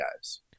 guys